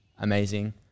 amazing